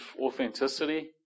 authenticity